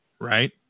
Right